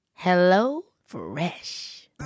HelloFresh